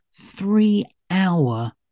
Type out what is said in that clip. three-hour